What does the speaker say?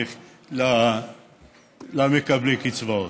למקבלי הקצבאות,